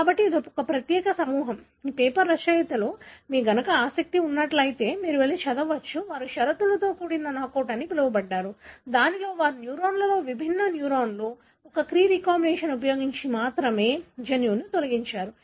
కాబట్టి ఈ ప్రత్యేక సమూహం ఈ పేపర్ రచయితలు మీకు కనుక ఆసక్తి ఉంటే మీరు వెళ్లి చదవవచ్చు వారు షరతులతో కూడిన నాకౌట్ అని పిలవబడ్డారు దీనిలో వారు న్యూరాన్లలో విభిన్న న్యూరాన్లు ఒక క్రీ రీకాంబినేస్ ఉపయోగించి మాత్రమే జన్యువును తొలగించారు